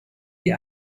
die